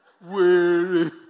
weary